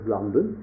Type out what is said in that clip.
London